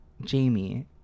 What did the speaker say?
Jamie